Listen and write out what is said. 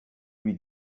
lui